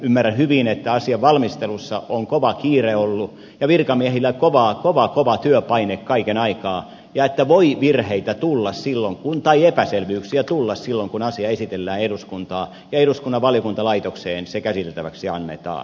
ymmärrän hyvin että asian valmistelussa on kova kiire ollut ja virkamiehillä kova kova työpaine kaiken aikaa ja että voi virheitä tai epäselvyyksiä tulla silloin kun asia esitellään eduskunnalle ja eduskunnan valiokuntalaitokseen se käsiteltäväksi annetaan